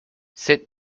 sit